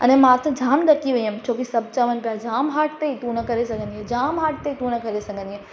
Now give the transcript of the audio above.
अड़े मां त जामु ॾकी वियमि छोकी सभि चवनि पिया जामु हाड अथई तू न करे सघंदी ऐं जामु हाड अथई तू न करे सघंदी ए